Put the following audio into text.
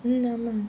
mm hmm ஆமா:aammaa